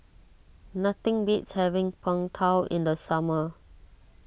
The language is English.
nothing beats having Png Tao in the summer